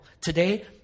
Today